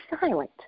silent